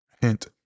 hint